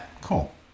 cool